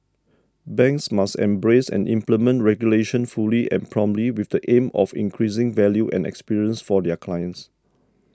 banks must embrace and implement regulation fully and promptly with the aim of increasing value and experience for their clients